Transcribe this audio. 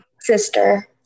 sister